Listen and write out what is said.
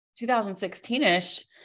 2016-ish